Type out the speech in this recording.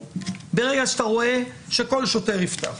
ברגע שאתה רואה שכל שוטר יפתח.